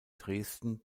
dresden